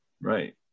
Right